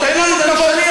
תן לנו קצת כבוד.